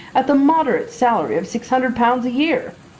at the moderate salary of six hundred pounds a year